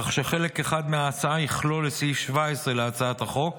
כך שחלק אחד מההצעה יכלול את סעיף 17 להצעת החוק,